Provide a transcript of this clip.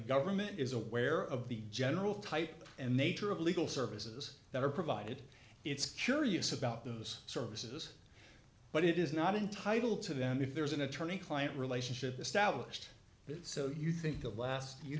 government is aware of the general type and nature of legal services that are provided it's curious about those services but it is not entitle to them if there's an attorney client relationship established but so you think of last you